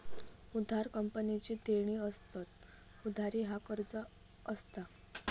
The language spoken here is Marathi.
उधार कंपनीची देणी असतत, उधारी चा कर्ज असता